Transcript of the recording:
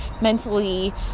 mentally